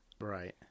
right